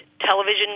television